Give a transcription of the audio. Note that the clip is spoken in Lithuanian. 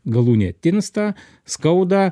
galūnė tinsta skauda